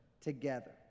together